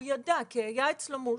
הוא ידע, כי היה אצלו מורשה.